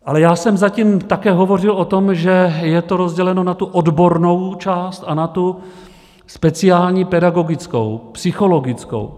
Ale já jsem zatím také hovořil o tom, že je to rozděleno na tu odbornou část a na tu speciální pedagogickou, psychologickou.